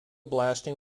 blasting